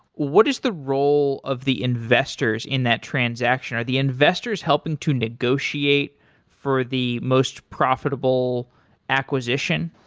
what is the role of the investors in that transaction? are the investors helping to negotiate for the most profitable acquisition?